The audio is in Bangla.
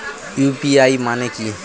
ইউ.পি.আই মানে কি?